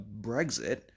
Brexit